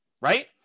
Right